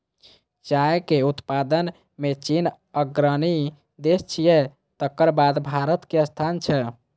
चाय के उत्पादन मे चीन अग्रणी देश छियै, तकर बाद भारतक स्थान छै